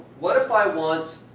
what if i want